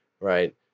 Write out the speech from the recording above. right